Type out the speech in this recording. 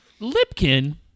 Lipkin